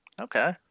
Okay